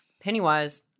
Pennywise